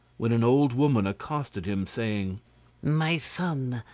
when an old woman accosted him saying my son,